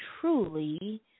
truly